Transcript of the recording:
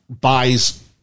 buys